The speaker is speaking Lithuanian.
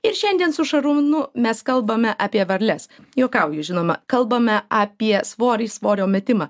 ir šiandien su šarūnu mes kalbame apie varles juokauju žinoma kalbame apie svorį svorio metimą